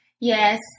Yes